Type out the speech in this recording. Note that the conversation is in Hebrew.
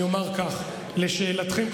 אני אומר כך: לשאלתכם,